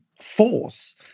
force